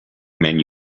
men